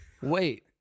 wait